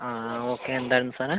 ആ ആ ഓക്കെ എന്തായിരുന്നു സാറേ